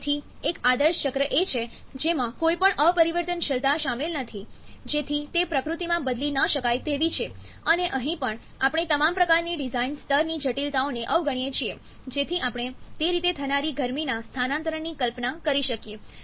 તેથી એક આદર્શ ચક્ર એ છે જેમાં કોઈપણ અપરિવર્તનશીલતા શામેલ નથી જેથી તે પ્રકૃતિમાં બદલી ન શકાય તેવી છે અને અહીં પણ આપણે તમામ પ્રકારની ડિઝાઇન સ્તરની જટિલતાઓને અવગણીએ છીએ જેથી આપણે તે રીતે થનારી ગરમીના સ્થાનાંતરણની કલ્પના કરી શકીએ